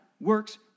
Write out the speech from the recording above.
works